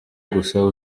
gusa